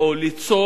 או ליצור,